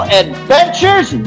adventures